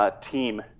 team